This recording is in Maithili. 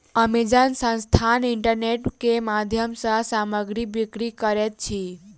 अमेज़न संस्थान इंटरनेट के माध्यम सॅ सामग्री बिक्री करैत अछि